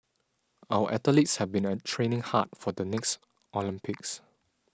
our athletes have been a training hard for the next Olympics